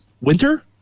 Winter